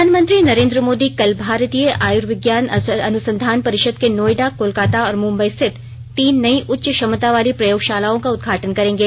प्रधानमंत्री नरेन्द्र मोदी कल भारतीय आयुर्विज्ञान अनुसंधान परिषद के नोएडा कोलकाता और मुंबई स्थित तीन नई उच्च क्षमता वाली प्रयोगशालाओं का उदघाटन करेंगे